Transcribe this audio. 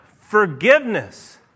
forgiveness